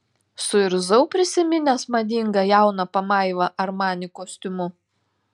suirzau prisiminęs madingą jauną pamaivą armani kostiumu